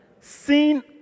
seen